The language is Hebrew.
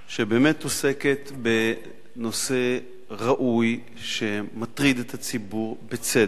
שבאמת עוסקת בנושא ראוי שמטריד את הציבור, בצדק,